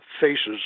faces